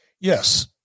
Yes